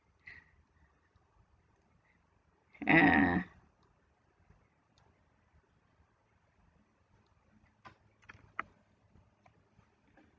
ah